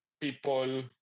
people